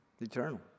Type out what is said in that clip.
eternal